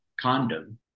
Condom